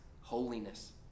holiness